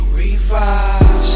revive